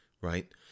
right